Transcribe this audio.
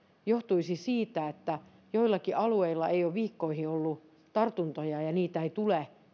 johtuisi siitä että joillakin alueilla ei ole viikkoihin ollut tartuntoja ja niitä ei tule